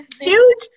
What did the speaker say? huge